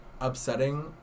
upsetting